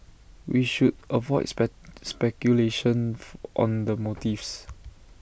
we should avoid speculations on the motives